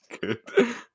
Good